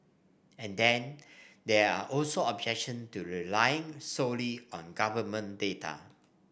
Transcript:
and then there are also objection to relying solely on government data